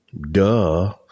duh